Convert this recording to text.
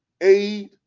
aid